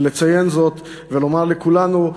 לציין זאת ולומר לכולנו,